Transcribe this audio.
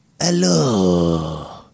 Hello